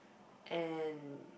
and